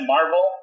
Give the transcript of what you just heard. Marvel